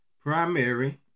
Primary